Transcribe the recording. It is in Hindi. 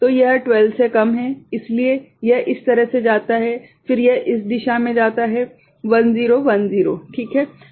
तो यह 12 से कम है इसलिए यह इस तरह से जाता है फिर यह इस दिशा में जाता है 1010 ठीक है